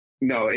No